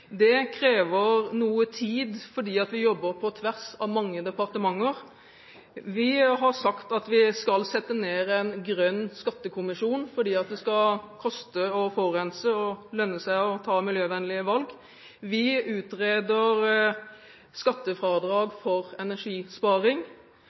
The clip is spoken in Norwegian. Det krever noe tid fordi vi jobber på tvers av mange departementer. Vi har sagt at vi skal sette ned en grønn skattekommisjon fordi det skal koste å forurense og lønne seg å ta miljøvennlige valg. Vi utreder skattefradrag